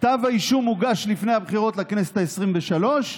כתב האישום הוגש לפני הבחירות לכנסת העשרים-ושלוש,